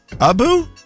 Abu